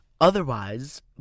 otherwise